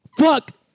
fuck